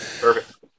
Perfect